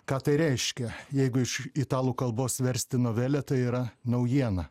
ką tai reiškia jeigu iš italų kalbos versti novelę tai yra naujiena